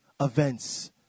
events